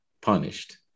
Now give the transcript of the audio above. punished